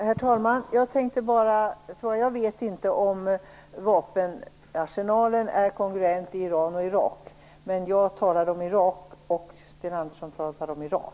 Herr talman! Jag vet inte om vapenarsenalen är kongruent i Iran och i Irak, men jag talade om Irak och Sten Andersson om Iran.